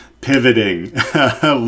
pivoting